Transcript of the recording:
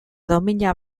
domina